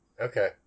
Okay